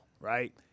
right